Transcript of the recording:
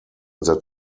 that